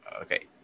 okay